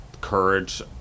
courage